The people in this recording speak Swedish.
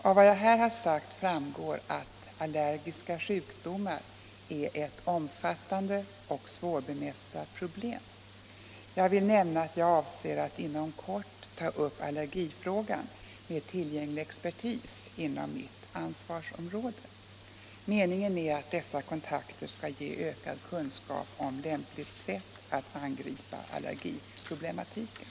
Av vad jag här har sagt framgår att allergiska sjukdomar är ett omfattande och svårbemästrat problem. Jag vill nämna att jag avser att inom kort ta upp allergifrågan med tillgänglig expertis inom mitt ansvarsområde. Meningen är att dessa kontakter skall ge ökad kunskap om lämpligt sätt att angripa allergiproblematiken.